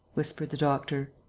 whispered the doctor.